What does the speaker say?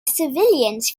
civilians